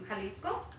Jalisco